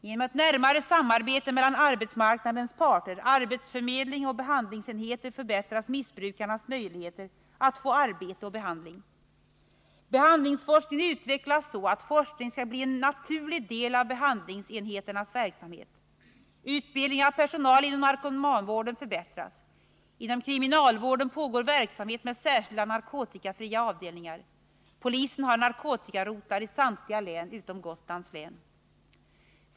Genom ett närmare samarbete mellan arbetsmarknadens parter, arbetsförmedling och behandlingsenheter förbättras missbrukarnas möjligheter att få arbete och behandling. Behandlingsforskningen utvecklas så att forskning skall bli en naturlig del av behandlingsenheternas verksamhet. Utbildning av personal inom narkomanvården förbättras. Inom kriminalvården pågår verksamhet med särskilda narkotikafria avdelningar. Polisen har narkotikarotlar i samtliga län utom Gotlands län.